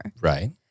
Right